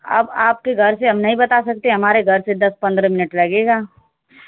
आप आपके घर से हम नहीं बता सकते हमारे घर से दस पंद्रह मिनट लगेगा